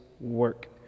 work